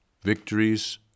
Victories